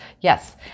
Yes